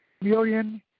million